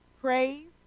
Praise